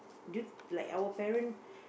d~ like our parent